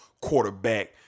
quarterback